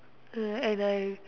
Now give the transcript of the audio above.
ya and I